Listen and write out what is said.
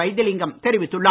வைத்திலிங்கம் தெரிவித்துள்ளார்